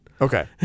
Okay